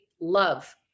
love